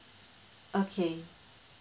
okay